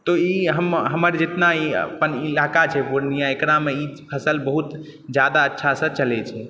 तऽ ई हमर जेतना अपन ईलाका छै पूर्णिया एकरामे ई फसल बहुत जादा अच्छासँ चलै छै